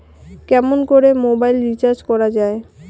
কেমন করে mobile recharge করা য়ায়?